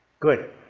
good,